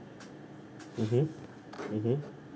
mmhmm mmhmm